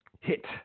hit